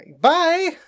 Bye